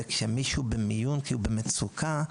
וכשמישהו במיון כי הוא במצוקה,